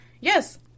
yes